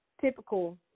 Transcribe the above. typical